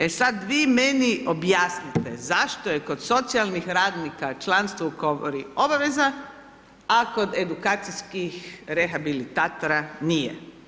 E, sad vi meni objasnite zašto je kod socijalnih radnika članstvo u Komori obaveza, a kod edukacijskih rehabilitatora nije?